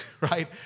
right